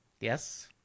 Yes